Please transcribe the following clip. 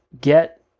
get